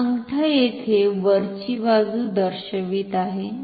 तर अंगठा येथे वरची बाजू दर्शवित आहे